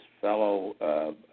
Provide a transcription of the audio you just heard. fellow